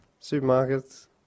Supermarkets